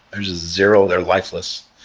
there's a zero. they're lifeless.